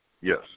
Yes